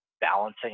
balancing